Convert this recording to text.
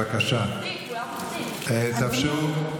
בבקשה, תאפשרו.